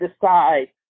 decide